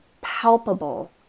palpable